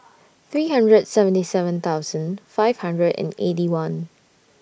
three hundred and seventy seven thousand five hundred and Eighty One